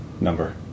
number